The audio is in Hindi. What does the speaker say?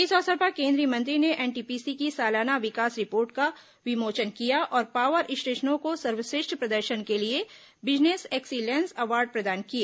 इस अवसर पर केन्द्रीय मंत्री ने एनटीपीसी की सालाना विकास रिपोर्ट का विमोचन किया और पावर स्टेशनों को सर्वश्रेष्ठ प्रदर्शन के लिए बिजनेस एक्सिलेंस अवॉर्ड प्रदान किए